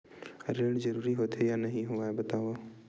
ऋण जरूरी होथे या नहीं होवाए बतावव?